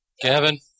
Kevin